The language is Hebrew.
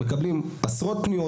מקבלים עשרות פניות,